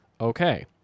okay